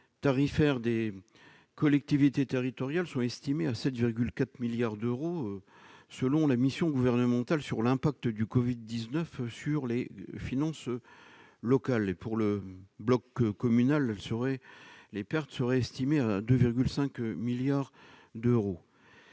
et tarifaires qu'essuient les collectivités sont estimées à 7,4 milliards d'euros par la mission gouvernementale sur l'impact du covid-19 sur les finances locales. Pour le bloc communal, les pertes sont estimées à 2,5 milliards d'euros.